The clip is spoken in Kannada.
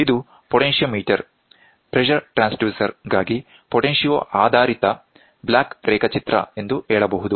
ಇದು ಪೊಟೆನ್ಟಿಯೊಮೀಟರ್ ಪ್ರೆಶರ್ ಟ್ರಾನ್ಸ್ಡ್ಯೂಸರ್ ಗಾಗಿ ಪೊಟೆನ್ಟಿಯೋ ಆಧಾರಿತ ಬ್ಲಾಕ್ ರೇಖಾಚಿತ್ರ ಎಂದು ಹೇಳಬಹುದು